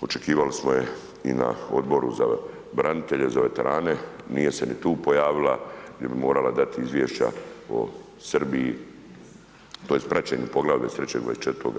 očekivali smo je i na Odboru za branitelje, za veterane, nije se ni pojavila jer je morala dati izvješća Srbiji tj. praćenju poglavlja 23., 24.